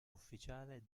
ufficiale